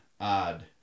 odd